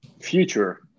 future